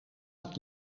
het